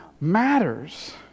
matters